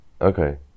Okay